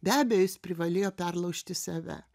be abejo jis privalėjo perlaužti save